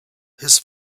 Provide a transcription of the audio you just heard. his